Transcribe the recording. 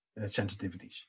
sensitivities